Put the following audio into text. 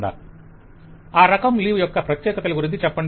vendor ఆ రకం leave యొక్క ప్రత్యేకతలు గురించి చెప్పండి